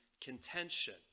contention